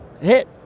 hit